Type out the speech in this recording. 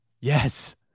yes